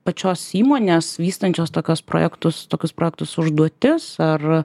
pačios įmonės vystančios tokius projektus tokius projektus užduotis ar